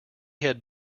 had